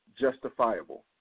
justifiable